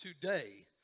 today